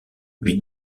lui